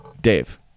Dave